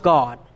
God